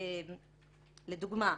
לדוגמה,